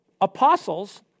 apostles